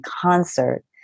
concert